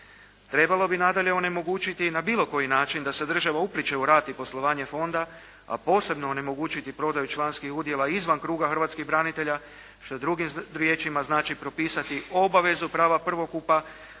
Trebalo bi nadalje onemogućiti na bilo koji način da se država upliće u rad i poslovanje fonda, a posebno onemogućiti prodaju članskih udjela izvan kruga hrvatskih branitelja što drugim riječima znači propisati obavezu prava prvokupa